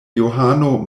johano